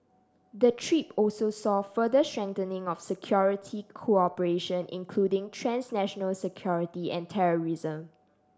the trip also saw further strengthening of security cooperation including transnational security and terrorism